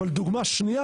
אבל דוגמה שנייה,